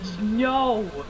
no